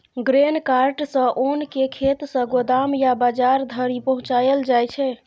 grain cart सँ ओन केँ खेत सँ गोदाम या बजार धरि पहुँचाएल जाइ छै